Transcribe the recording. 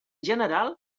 general